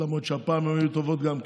למרות שהפעם הן היו טובות גם כן,